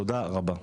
תודה רבה.